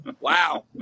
Wow